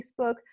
Facebook